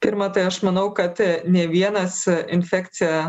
pirma tai aš manau kad nė vienas infekciją